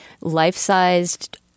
life-sized